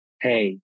hey